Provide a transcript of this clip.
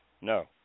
No